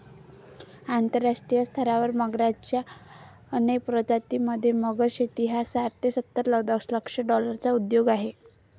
आंतरराष्ट्रीय स्तरावर मगरच्या अनेक प्रजातीं मध्ये, मगर शेती हा साठ ते सत्तर दशलक्ष डॉलर्सचा उद्योग आहे